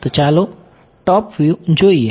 તો ચાલો top view જોઈએ